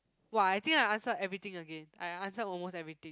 !wah! I think I answered everything again I answered almost everything